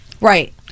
Right